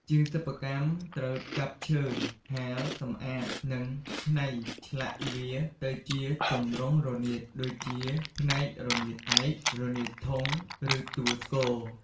ជាងសិប្បកម្មត្រូវកាប់ឈើ ហាល សម្អាត និងច្នៃឆ្លាក់វាទៅជាទម្រង់រនាត ដូចជាផ្នែករនាតឯក រនាតធុង ឬតួស្គរ។